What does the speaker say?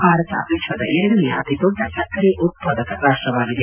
ಭಾರತ ವಿಶ್ವದ ಎರಡನೇಯ ಅತಿ ದೊಡ್ಡ ಸಕ್ಕರೆ ಉತ್ಪಾದಕ ರಾಷ್ಲವಾಗಿದೆ